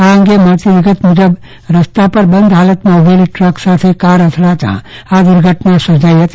આ પ્રસંગે મળતી વિગત મુજબ રસ્તા પર બંધ હાલતમાં ઉભેલી ટ્રક સાથે કાર અથડાતા આ દુર્ઘટના સર્જાઈ હતી